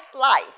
life